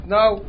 now